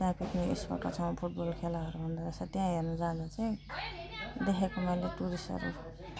त्यहाँको सँग फुटबल खेलाहरू हुँदोरहेछ त्यहाँ हेर्नु जाँदा चाहिँ देखेको मैले टुरिस्टहरू